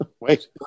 Wait